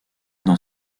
dans